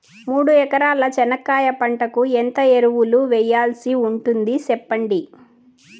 మూడు ఎకరాల చెనక్కాయ పంటకు ఎంత ఎరువులు వేయాల్సి ఉంటుంది సెప్పండి?